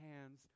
hands